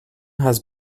has